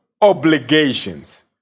obligations